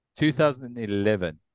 2011